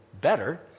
better